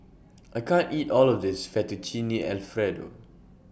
I can't eat All of This Fettuccine Alfredo